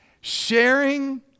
Sharing